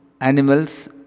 animals